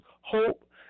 hope